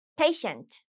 patient